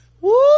Woo